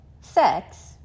sex